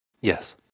Yes